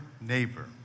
neighbor